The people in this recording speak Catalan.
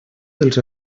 dels